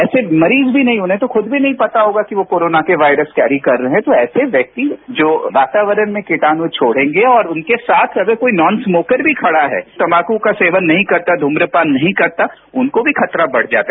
ऐसे मरीज भी नहीं उन्हें तो खुद भी नहीं पता होगा कि वो कोरोना के वायरस कैरी कर रहे हैं तो ऐसे व्यक्ति जो वातावरण में कीटाणु छोड़ेंगे और उनके साथ अगर कोई नॉन स्मोकर भी खड़ा है तम्बाकू का सेवन नहीं करता धूम्रपान नहीं करता उनको भी खतरा बढ़ जाता है